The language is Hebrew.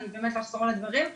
אני באמת לא אחזור על הדברים.